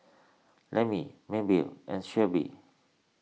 Lemmie Mabell and Sheryll